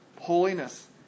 holiness